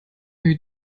you